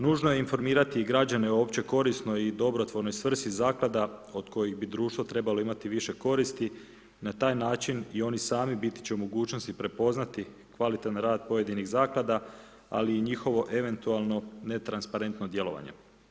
Nužno je informirati građane o općoj korisnoj i dobrotvornoj svrsi zaklada od kojih bi društvo trebalo imati i više koristi, na taj način, i oni sami biti će u mogućnosti prepoznati kvalitetan rad, pojedinih zaklada, ali i njihovo eventualno netransparentno djelovanje.